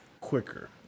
quicker